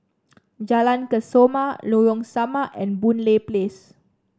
Jalan Kesoma Lorong Samak and Boon Lay Place